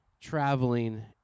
traveling